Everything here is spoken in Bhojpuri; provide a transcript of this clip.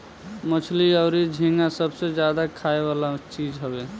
मछली अउरी झींगा सबसे ज्यादा खाए वाला चीज हवे